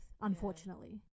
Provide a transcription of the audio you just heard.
unfortunately